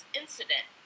incident